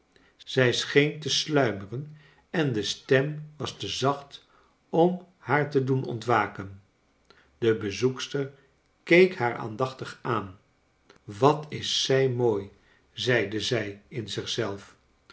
zij scheen te sluimeren en de stem was te zacht om haar te doen ontwaken de bezoekster keek haar aandachtig aan wat is zij mooi zeide zij in